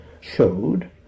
showed